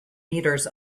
meters